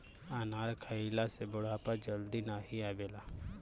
अनार खइला से बुढ़ापा जल्दी नाही आवेला